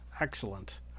Excellent